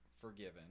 forgiven